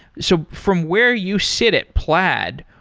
so from where you sit at plaid,